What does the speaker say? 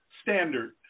standard